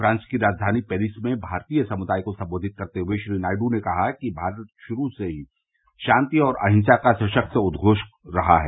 France की राजधानी Paris में भारतीय समुदाय को संबोधित करते हुए श्री नायडू ने कहा कि भारत शुरू से ही शांति और अहिंसा का सशक्त उद्घोष रहा है